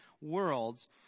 worlds